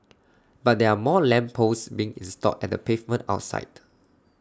but there are more lamp posts being installed at the pavement outside